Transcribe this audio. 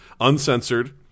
uncensored